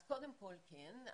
אז קודם כל כן,